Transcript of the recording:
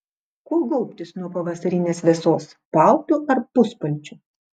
kuo gaubtis nuo pavasarinės vėsos paltu ar puspalčiu